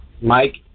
Mike